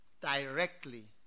directly